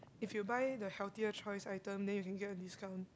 if you buy the healthier choice item then you can get a discount